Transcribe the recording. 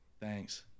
Thanks